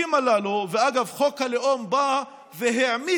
אגב, חוק הלאום בא והעמיק